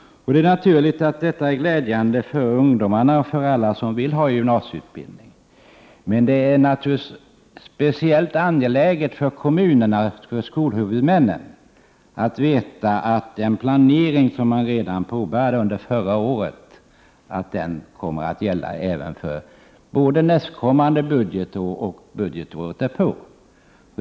Detta är givetvis glädjande både för ungdomen och för andra som vill ha gymnasieutbildning. Men det är naturligtvis speciellt angeläget att kommunerna, skolhuvudmännen, vet att den planering som man påbörjade redan under förra året kommer att kunna gälla både för nästkommande budgetår och för budgetåret därpå.